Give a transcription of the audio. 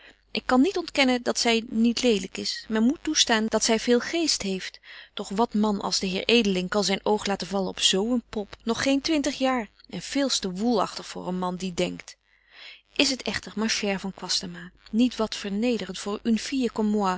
ik kan niet ontkennen dat zy niet lelyk is men moet toestaan dat zy veel geest heeft doch wat man als de heer edeling kan zyn oog laten vallen op zo een pop nog geen twintig jaar en veels te woelagtig voor een man die denkt is het echter ma chere van kwastama niet wat vernederent voor une